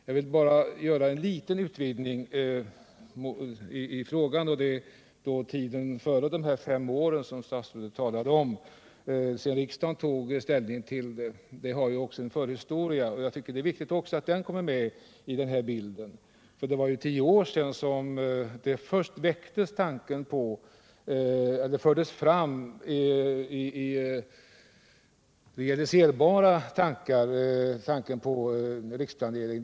Jag vill bara göra en liten utvidgning i frågan och det gäller tiden före de här fem åren som statsrådet talade om sedan riksdagen tog ställning. Detta har också en förhistoria, och det är viktigt att även den kommer med i bilden. För tio år sedan fördes tanken på riksplanering först fram i realiserbara förslag.